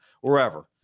wherever